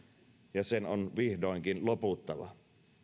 ja sen on vihdoinkin loputtava